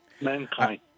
mankind